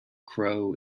crow